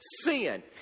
sin